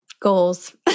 Goals